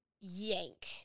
yank